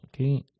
Okay